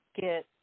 get